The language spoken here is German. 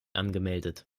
angemeldet